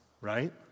right